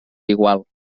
igual